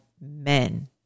men